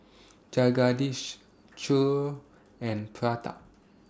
Jagadish Choor and Pratap